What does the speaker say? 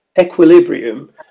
equilibrium